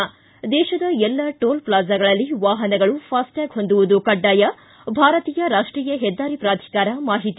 ್ಟಿ ದೇಶದ ಎಲ್ಲ ಟೋಲ್ ಪ್ಲಾಜಾಗಳಲ್ಲಿ ವಾಹನಗಳು ಫಾಸ್ಟೆಟ್ಯಾಗ್ ಹೊಂದುವುದು ಕಡ್ಡಾಯ ಭಾರತೀಯ ರಾಷ್ಟೀಯ ಹೆದ್ದಾರಿ ಪ್ರಾಧಿಕಾರ ಮಾಹಿತಿ